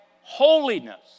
holiness